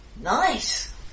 Nice